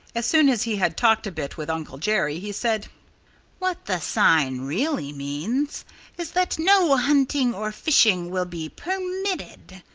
as soon as he had talked a bit with uncle jerry he said what the sign really means is that no hunting or fishing will be permitted.